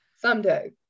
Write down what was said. someday